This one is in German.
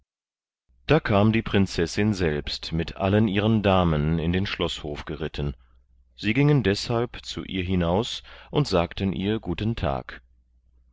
da kam die prinzessin selbst mit allen ihren damen in den schloßhof geritten sie gingen deshalb zu ihr hinaus und sagten ihr guten tag